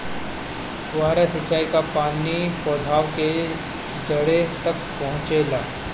फुहारा सिंचाई का पानी पौधवा के जड़े तक पहुचे ला?